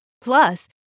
Plus